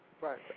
Right